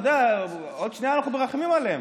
עוד שנייה אנחנו מרחמים עליהם.